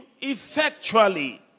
Effectually